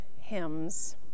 hymns